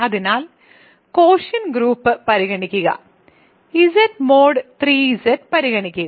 അതിനാൽ quotient group പരിഗണിക്കുക Z mod 3Z പരിഗണിക്കുക